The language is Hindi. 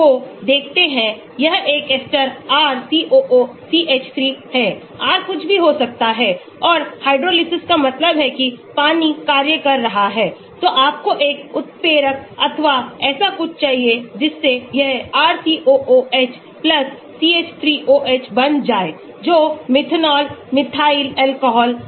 यह एक एस्टर RCOOCH3 है R कुछ भी हो सकता है और हाइड्रोलिसिस का मतलब है कि पानी कार्य कर रहा है तो आपको एक उत्प्रेरक अथवा ऐसा कुछ चाहिए जिससे यह RCOOH CH3OH बन जाए जो मेथनॉल मिथाइल अल्कोहल है